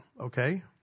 okay